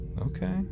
Okay